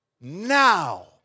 now